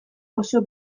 oso